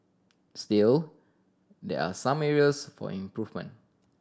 still there are some areas for improvement